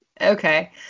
Okay